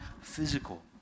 physical